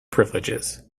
privileges